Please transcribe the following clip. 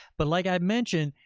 but like i've mentioned,